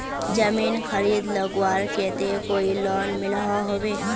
जमीन खरीद लगवार केते कोई लोन मिलोहो होबे?